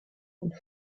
und